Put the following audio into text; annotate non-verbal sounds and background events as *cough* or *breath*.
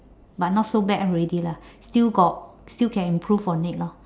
but not so bad already lah *breath* still got still can improve on it lor